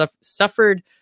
suffered